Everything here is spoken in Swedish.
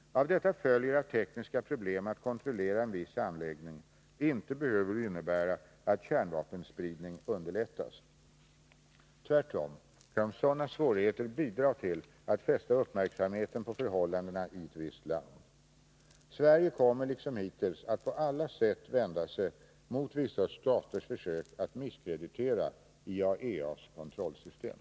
Av detta följer att tekniska problem att kontrollera en viss anläggning inte behöver innebära att kärnvapenspridning underlättas. Tvärtom kan sådana svårigheter bidra till att fästa uppmärksamheten på förhållandena i ett visst land. Sverige kommer liksom hittills att på alla sätt vända sig mot vissa staters försök att misskreditera IAEA:s kontrollsystem.